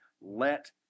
let